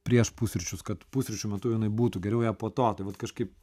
prieš pusryčius kad pusryčių metu jinai būtų geriau ją po to tai vat kažkaip